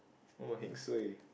oh heng suay